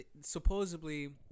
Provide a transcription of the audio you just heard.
supposedly